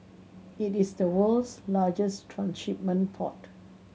it is the world's largest transshipment port